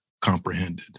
comprehended